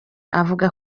avuga